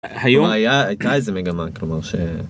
היום, היתה איזה מגמה כלומר ש...